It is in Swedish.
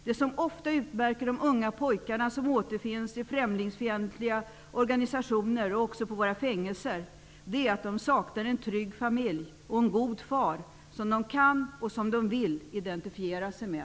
Det som ofta utmärker de unga pojkar som återfinns i främlingsfientliga organisationer och även på våra fängelser är att de saknar en trygg familj och en god far, som de kan och vill identifiera sig med.